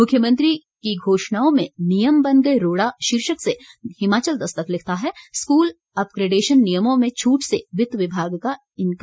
मुख्यमंत्री की घोषणाओं में नियम बन गए रोड़ा शीर्षक से हिमाचल दस्तक लिखता है स्कूल अपग्रेडेशन नियमों में छूट से वित्त विभाग का इंकार